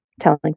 telling